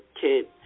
kid